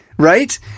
Right